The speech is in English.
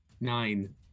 Nine